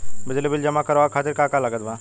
बिजली बिल जमा करावे खातिर का का लागत बा?